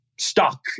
stuck